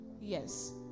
Yes